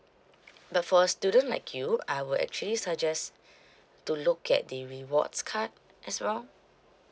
but for a student like you I will actually suggest to look at the rewards card as well